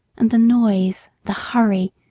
and the noise, the hurry,